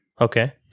Okay